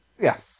Yes